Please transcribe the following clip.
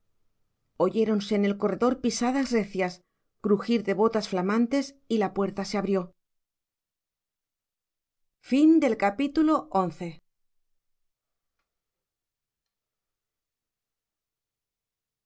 mamá oyéronse en el corredor pisadas recias crujir de botas flamantes y la puerta se abrió